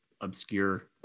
obscure